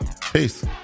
Peace